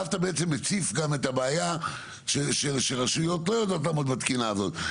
אז אתה בעצם מציף גם את הבעיה שרשויות לא יודעות לעמוד בתקינה הזאת.